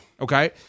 Okay